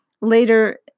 Later